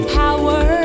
power